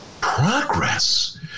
progress